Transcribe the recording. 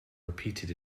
repeated